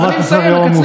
אנחנו ממש ביום עמוס.